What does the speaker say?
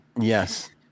Yes